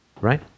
right